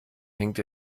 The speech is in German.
hängt